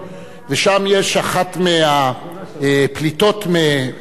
ושם יש אחת הפליטות מרוסיה,